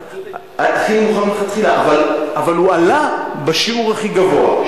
אבל הוא עלה בשיעור הכי גבוה.